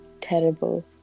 terrible